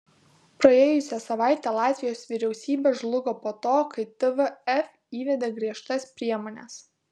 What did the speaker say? praėjusią savaitę latvijos vyriausybė žlugo po to kai tvf įvedė griežtas priemones